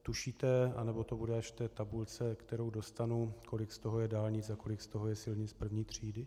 Tušíte, anebo to bude až v té tabulce, kterou dostanu, kolik z toho je dálnic a kolik z toho je silnic první třídy?